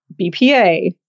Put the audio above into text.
BPA